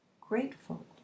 Grateful